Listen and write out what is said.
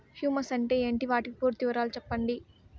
Humus అంటే ఏంటి? వాటి పూర్తి వివరాలు సెప్పండి?